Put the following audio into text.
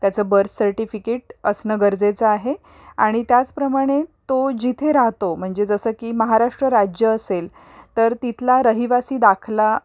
त्याचं birth certificate असणं गरजेचं आहे आणि त्याचप्रमाणे तो जिथे राहतो म्हणजे जसं की महाराष्ट्र राज्य असेल तर तिथला रहिवासी दाखला